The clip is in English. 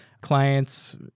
clients